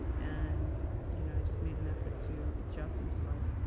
and you know i just made an effort to adjusting to life.